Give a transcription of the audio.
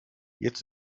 jetzt